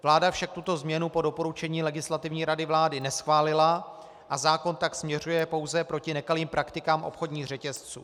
Vláda však tuto změnu po doporučení Legislativní rady vlády neschválila a zákon tak směřuje pouze proti nekalým praktikám obchodních řetězců.